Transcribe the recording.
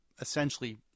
essentially